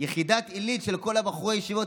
שיחידת העילית של כל בחורי הישיבות,